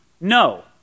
No